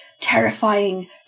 terrifying